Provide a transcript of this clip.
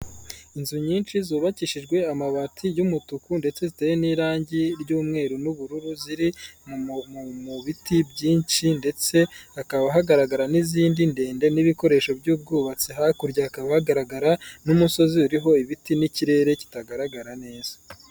Inzu nyinshi zubakishijwe amabati y'umutuku ndetse ziteye n'irangi ry'umweru n'ubururu, ziri mu biti byinshi ndetse hakaba hagaragara n'izindi ndende n'ibikoresho by'ubwubatsi, hakurya hakaba hagaragara n'umusozi uriho ibiti n'ikirere kitagaragara neza.